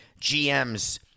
GMs